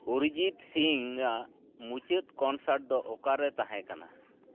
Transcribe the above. ᱚᱨᱤᱡᱤᱛ ᱥᱤᱝᱟᱜ ᱢᱩᱪᱟᱹᱫᱫ ᱠᱚᱱᱥᱟᱨᱴ ᱫᱚ ᱚᱠᱟᱨᱮ ᱛᱟᱦᱮᱸ ᱠᱟᱱᱟ